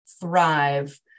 thrive